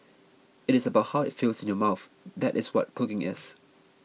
it is about how it feels in your mouth that is what cooking is